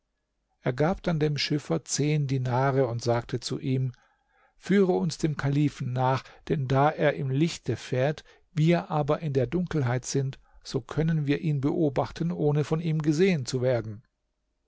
er gab dann dem schiffer zehn dinare und sagte zu ihm führe uns dem kalifen nach denn da er im lichte fährt wir aber in der dunkelheit sind so können wir ihn beobachten ohne von ihm gesehen zu werden